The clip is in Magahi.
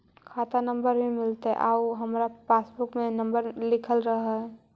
खाता नंबर भी मिलतै आउ हमरा पासबुक में नंबर लिखल रह है?